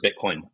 Bitcoin